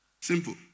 simple